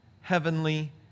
heavenly